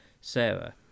Sarah